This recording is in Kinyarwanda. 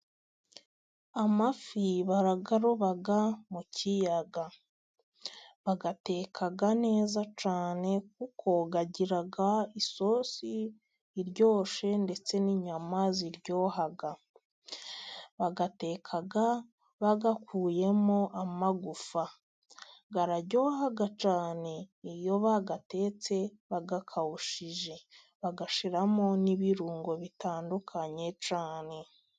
Amafi barayaroba mu kiyaga, bayateka neza cyane, kuko agira isosi iryoshye ndetse n'inyama ziryoha, bayateka bayakuyemo amagufwa, araryoha cyane iyo bayatetse bayakawushije bagashiramo n'ibirungo bitandukanye cyane.